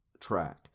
track